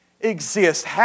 exist